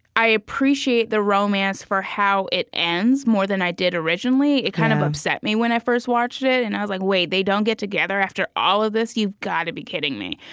i appreciate the romance for how it ends, more than i did originally. it kind of upset me, when i first watched it, and i was like, wait, they don't get together after all of this? you've got to be kidding me.